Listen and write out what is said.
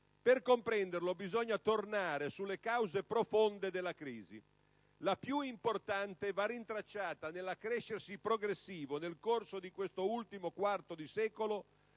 Per comprenderlo bisogna tornare sulle cause profonde della crisi: la più importante va rintracciata nell'accrescersi progressivo, nel corso di quest'ultimo quarto di secolo,